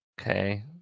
Okay